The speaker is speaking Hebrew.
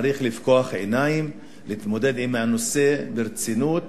צריך לפקוח עיניים, להתמודד עם הנושא ברצינות